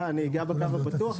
אני אגע גם בקו הפתוח,